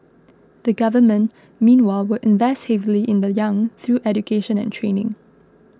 the Government meanwhile will invest heavily in the young through education and training